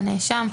מהנאשם,